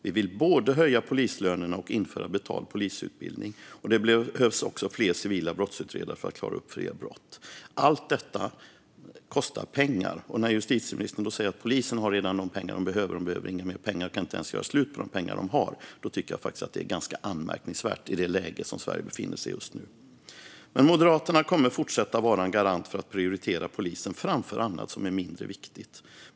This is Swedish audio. Vi vill både höja polislönerna och införa betald polisutbildning, och det behövs också fler civila brottsutredare för att klara upp fler brott. Allt detta kostar pengar, och att justitieministern säger att polisen redan har de pengar de behöver och inte ens kan göra slut på de pengar de har är ganska anmärkningsvärt i det läge som Sverige befinner sig i just nu. Moderaterna kommer att fortsätta att vara en garant för att prioritera polisen framför annat som är mindre viktigt.